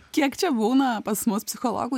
kiek čia būna pas mus psichologų